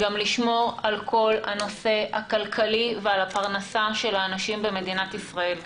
גם לשמור על כל הנושא הכלכלי ועל הפרנסה של האנשים במדינת ישראל.